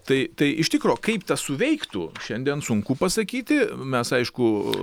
tai tai iš tikro kaip tas suveiktų šiandien sunku pasakyti mes aišku